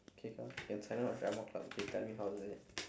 okay lah can sign up drama club okay tell me how is it